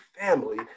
family